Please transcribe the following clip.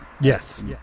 Yes